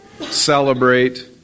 celebrate